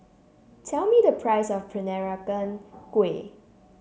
tell me the price of Peranakan Kueh